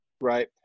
right